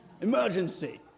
Emergency